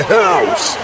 house